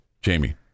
Jamie